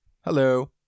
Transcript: hello